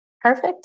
Perfect